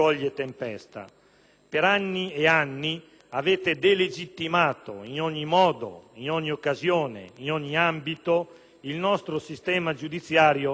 Per anni e anni, avete delegittimato in ogni modo, in ogni occasione, in ogni ambito, il nostro sistema giudiziario e la magistratura.